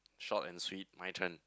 short and sweet my turn